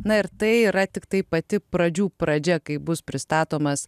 na ir tai yra tiktai pati pradžių pradžia kaip bus pristatomas